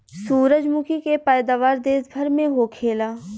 सूरजमुखी के पैदावार देश भर में होखेला